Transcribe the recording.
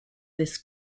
this